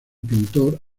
pintor